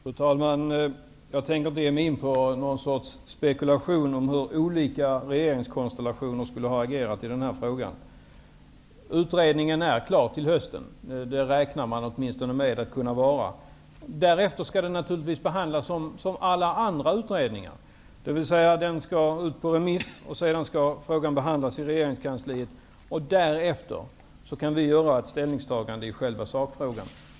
Fru talman! Jag tänker inte ge mig in i en spekulation om hur olika regeringskonstellationer skulle ha agerat i denna fråga. Man räknar med att utredningen skall vara klar till hösten. Därefter skall den behandlas som alla andra utredningar, dvs. den skall ut på remiss, frågan skall behandlas i regeringskansliet och därefter kan vi i riksdagen göra ett ställningstagande i själva sakfrågan.